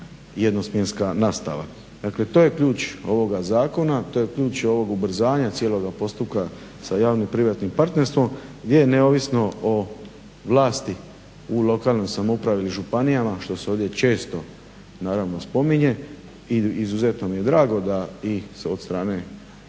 jednosmjenska nastava. Dakle, to je ključ ovoga zakona, to je ključ ovog ubrzanja cijeloga postupka sa javnom-privatnim partnerstvom gdje je neovisno o vlasti u lokalnoj samoupravi ili županijama, što se ovdje često naravno spominje i izuzetno mi je drago da i se od strane